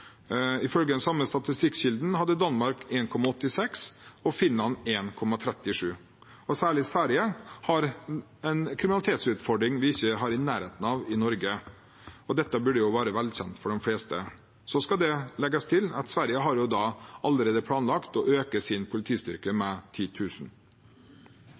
ifølge Eurostat. Ifølge den samme statistikkilden hadde Danmark 1,86 og Finland 1,37. Særlig Sverige har en kriminalitetsutfordring vi ikke kommer i nærheten av i Norge. Det burde være velkjent for de fleste. Det skal legges til at Sverige allerede har planlagt å øke politistyrken sin